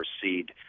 proceed